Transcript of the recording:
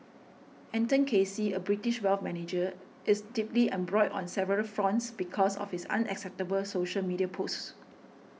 Anton Casey a British wealth manager is deeply embroiled on several fronts because of his unacceptable social media posts